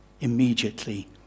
immediately